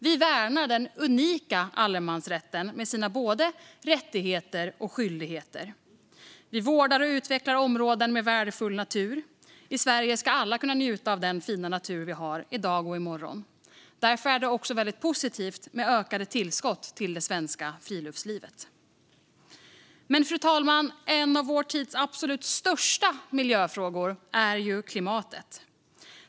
Vi värnar den unika allemansrätten med både dess rättigheter och skyldigheter. Vi vårdar och utvecklar områden med värdefull natur. I Sverige ska alla kunna njuta av den fina natur vi har - i dag och i morgon. Därför är det också väldigt positivt med ökade tillskott till det svenska friluftslivet. Fru talman! En av vår tids absolut största miljöfrågor är klimatet.